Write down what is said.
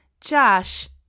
josh